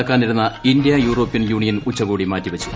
നടക്കാനിരുന്ന India European Union ഉച്ചകോടി മാറ്റിവച്ചു